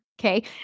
Okay